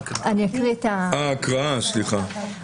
הקראה, סליחה.